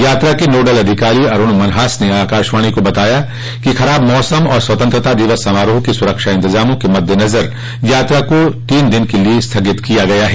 यात्रा के नोडल अधिकारी अरूण मनहास ने आकाशवाणी को बताया है कि खराब मौसम और स्वतंत्रता दिवस समारोह के सुरक्षा इतंजामों के मद्देनजर यात्रा को तीन दिन के लिए स्थगित किया गया है